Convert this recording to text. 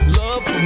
love